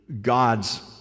God's